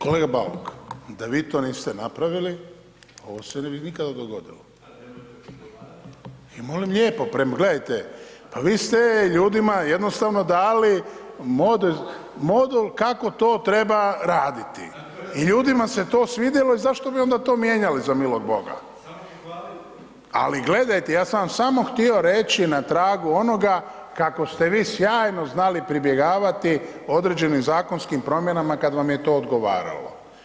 Kolega Bauk da vi to niste napravili ovo se ne bi nikada dogodilo i molim lijepo prema, gledajte pa vi ste ljudima jednostavno dali modul kako to treba raditi i ljudima se to svidjelo i zašto bi onda to mijenjali za milog boga, ali gledajte ja sam vam samo htio reći na tragu onoga kako ste vi sjajno znali pribjegavati određenim zakonskim promjenama kad vam je to odgovaralo.